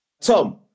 Tom